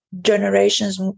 generations